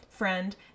friend